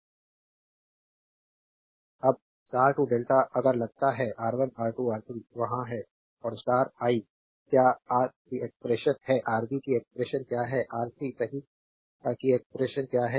slide समय देखें 1021 अब स्टार टू डेल्टा अगर लगता है R1 R2 R3 वहां है और स्टार आई क्या रा की एक्सप्रेशन है आरबी की एक्सप्रेशन क्या है आर सी सही की एक्सप्रेशन क्या है